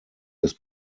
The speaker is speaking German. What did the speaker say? des